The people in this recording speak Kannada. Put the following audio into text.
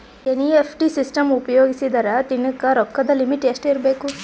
ಎನ್.ಇ.ಎಫ್.ಟಿ ಸಿಸ್ಟಮ್ ಉಪಯೋಗಿಸಿದರ ದಿನದ ರೊಕ್ಕದ ಲಿಮಿಟ್ ಎಷ್ಟ ಇರಬೇಕು?